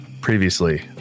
previously